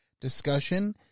discussion